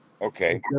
Okay